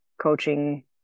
coaching